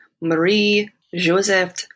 Marie-Joseph